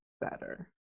better